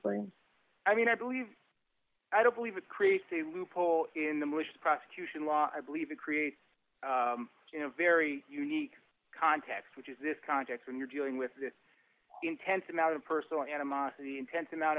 claim i mean i believe i don't believe it creates a loophole in the malicious prosecution lot i believe it creates a very unique context which is this context when you're dealing with this intense amount of personal animosity intense amount